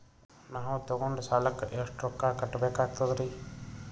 ನಾವು ತೊಗೊಂಡ ಸಾಲಕ್ಕ ಎಷ್ಟು ರೊಕ್ಕ ಕಟ್ಟಬೇಕಾಗ್ತದ್ರೀ?